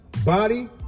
Body